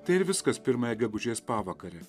tai ir viskas pirmąją gegužės pavakarę